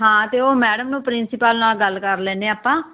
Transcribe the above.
ਹਾਂ ਅਤੇ ਉਹ ਮੈਡਮ ਨੂੰ ਪ੍ਰਿੰਸੀਪਲ ਨਾਲ ਗੱਲ ਕਰ ਲੈਂਦੇ ਹਾਂ ਆਪਾਂ